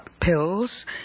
pills